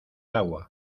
agua